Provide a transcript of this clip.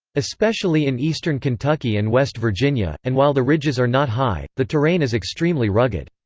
especially in eastern kentucky and west virginia, and while the ridges are not high, the terrain is extremely rugged.